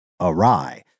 awry